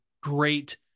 great